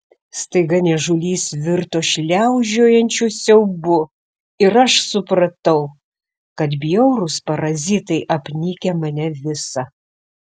staiga niežulys virto šliaužiojančiu siaubu ir aš supratau kad bjaurūs parazitai apnikę mane visą